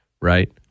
Right